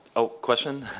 oh, question?